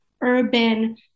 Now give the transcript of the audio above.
urban